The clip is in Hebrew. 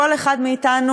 כל אחד מאתנו,